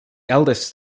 eldest